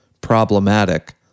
problematic